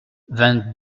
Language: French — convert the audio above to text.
vingt